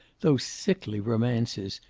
those sickly romances,